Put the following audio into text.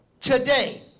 today